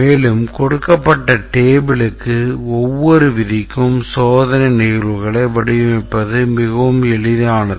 மேலும் கொடுக்கப்பட்ட tableக்கு ஒவ்வொரு விதிக்கும் சோதனை நிகழ்வுகளை வடிவமைப்பது மிகவும் எளிதானது